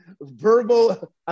verbal